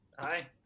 Hi